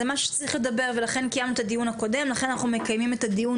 זו הסיבה שקיימנו את הדיון הקודם וזו הסיבה שאנחנו מקיימים גם את הדיון